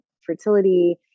fertility